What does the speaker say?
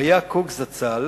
הראי"ה קוק זצ"ל